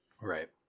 Right